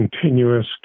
continuous